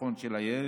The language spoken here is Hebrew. החיסכון של הילד,